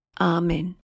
Amen